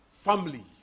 family